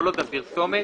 כל עוד הפרסומת